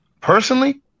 personally